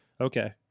Okay